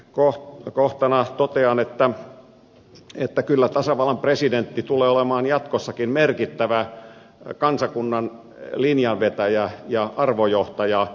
viimeisenä kohtana totean että kyllä tasavallan presidentti tulee olemaan jatkossakin merkittävä kansakunnan linjanvetäjä ja arvojohtaja